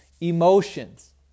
emotions